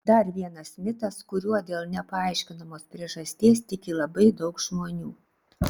dar vienas mitas kuriuo dėl nepaaiškinamos priežasties tiki labai daug žmonių